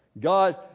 God